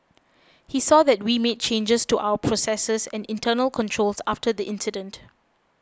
he saw that we made changes to our processes and internal controls after the incident